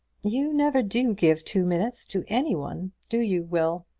you never do give two minutes to anyone do you, will?